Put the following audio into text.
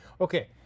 Okay